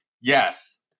yes